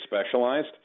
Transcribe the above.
specialized